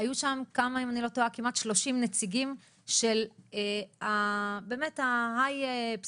היו שם כמעט 30 נציגים אם אני לא טועה של באמת ה-high פסיכיאטריה